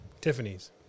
Tiffany's